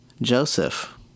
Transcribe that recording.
Joseph